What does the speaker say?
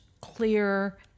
clear